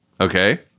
Okay